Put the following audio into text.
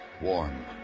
warm